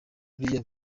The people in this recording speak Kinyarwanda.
buriya